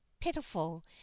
pitiful